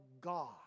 God